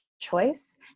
choice